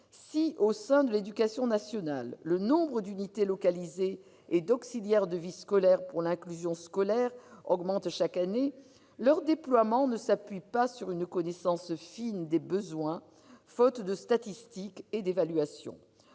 Si, au sein de l'éducation nationale, le nombre d'unités localisées et d'auxiliaires de vie scolaire pour l'inclusion scolaire augmente chaque année, leur déploiement ne s'appuie pas sur une connaissance fine des besoins, faute de statistiques et d'évaluations.